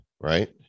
right